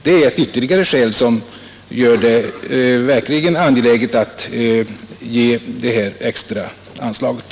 Det är ett ytterligare skäl som gör det verkligt angeläget att ge det här extra anslaget.